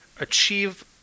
achieve